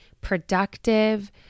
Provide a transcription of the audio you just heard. productive